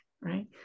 right